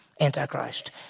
Antichrist